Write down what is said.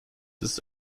ist